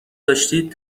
داشتید